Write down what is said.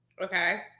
Okay